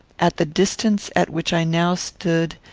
at the distance at which i now stood,